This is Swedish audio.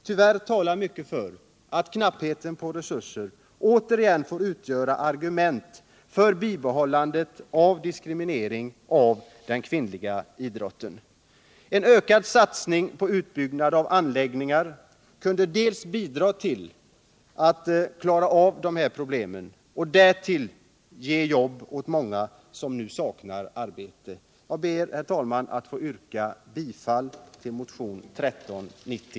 Tyvärr talar mycket för att knappheten på resurser återigen får utgöra argument för en fortsatt diskriminering av den kvinnliga idrotten. En ökad satsning på en utbyggnad av anläggningar kunde dels bidra till att klara av de här problemen, dels ge arbete åt många som nu saknar sysselsättning. Jag ber, herr talman, att få yrka bifall till motionen 1390.